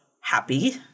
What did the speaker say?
happy